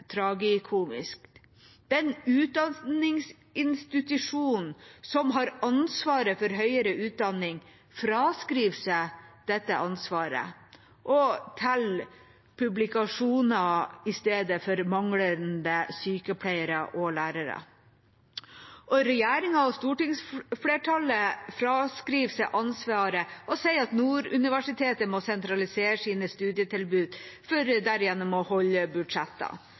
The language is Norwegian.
tragikomisk. Den utdanningsinstitusjonen som har ansvaret for høyere utdanning, fraskriver seg dette ansvaret og viser til publikasjoner istedenfor manglende sykepleiere og lærere. Regjeringa og stortingsflertallet fraskriver seg ansvaret og sier at Nord universitet må sentralisere sine studietilbud for derigjennom å holde